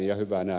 ja hyvä näin